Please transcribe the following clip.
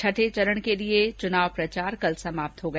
छठे चरण के लिये चुनाव प्रचार कल समाप्त हो गया